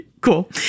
Cool